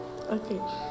Okay